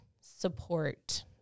support